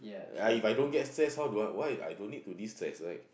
ya If I don't get stress how do I why I don't need to destress right